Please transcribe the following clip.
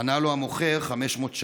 ענה לו המוכר: 500 שקלים.